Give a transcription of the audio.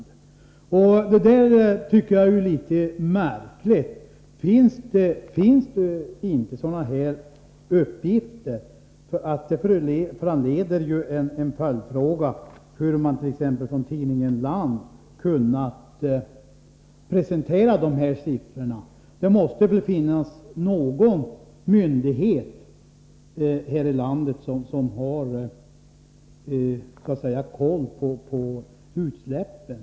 Jag tycker att det är litet märkligt, och det föranleder en följdfråga: Hur har tidningen Land kunnat presentera de här siffrorna? Det måste väl finnas någon myndighet här i landet som har kontroll över utsläppen.